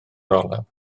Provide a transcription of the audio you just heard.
olew